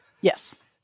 Yes